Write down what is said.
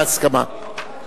בהסכמה,